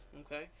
okay